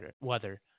weather